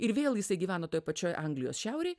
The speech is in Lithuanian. ir vėl jisai gyvena toj pačioj anglijos šiaurėj